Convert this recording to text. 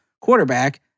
quarterback